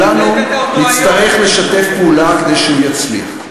וכולנו נצטרך לשתף פעולה כדי שהוא יצליח.